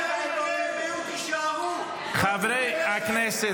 ------ חברי הכנסת.